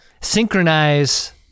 synchronize